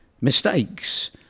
mistakes